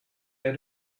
der